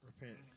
Repent